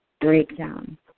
breakdown